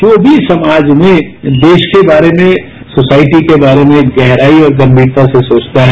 जो भी समाज में देश के बारे में सोसायटी के बारे में गहराई और गंभीरता से सोचता है